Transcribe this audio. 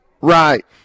right